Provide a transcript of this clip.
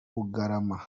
bugarama